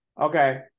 Okay